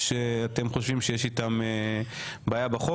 שאתם חושבים שיש איתן בעיה בחוק